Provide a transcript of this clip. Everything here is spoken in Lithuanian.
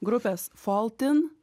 grupės foltin